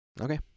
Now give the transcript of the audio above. Okay